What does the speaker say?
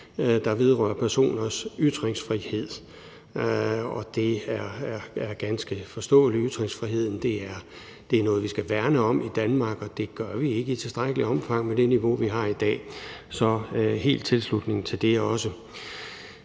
der vedrører personers ytringsfrihed, og det er ganske forståeligt. Ytringsfriheden er noget, vi skal værne om i Danmark, og det gør vi ikke i tilstrækkeligt omfang med det niveau, vi har i dag. Så vi giver helt tilslutning til det også.